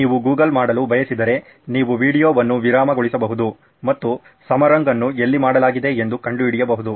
ನೀವು ಗೂಗಲ್ ಮಾಡಲು ಬಯಸಿದರೆ ನೀವು ವೀಡಿಯೊವನ್ನು ವಿರಾಮಗೊಳಿಸಬಹುದು ಮತ್ತು ಸಮರಂಗ್ ಅನ್ನು ಎಲ್ಲಿ ಮಾಡಲಾಗಿದೆ ಎಂದು ಕಂಡುಹಿಡಿಯಬಹುದು